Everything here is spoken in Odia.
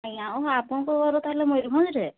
ଆଜ୍ଞା ଅ ହୋ ଆପଣଙ୍କ ଘର ତାହେଲେ ମୟୂରଭଞ୍ଜରେ